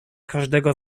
każdego